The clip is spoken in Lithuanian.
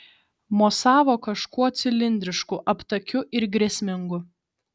mosavo kažkuo cilindrišku aptakiu ir grėsmingu